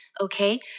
Okay